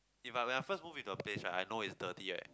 if I went I first move into a place right I know it's dirty right